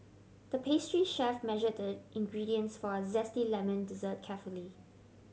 the pastry chef measured the ingredients for a zesty lemon dessert carefully